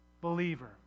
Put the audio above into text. believer